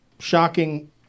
Shocking